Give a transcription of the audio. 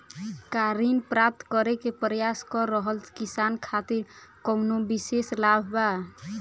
का ऋण प्राप्त करे के प्रयास कर रहल किसान खातिर कउनो विशेष लाभ बा?